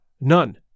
None